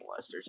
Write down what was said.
molesters